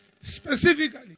specifically